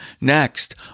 Next